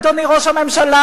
אדוני ראש הממשלה,